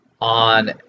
on